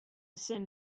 send